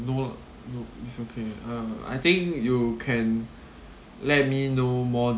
no lah no it's okay uh I think you can let me know more